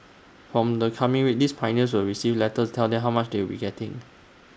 from the coming week these pioneers will receive letters tell them how much they will be getting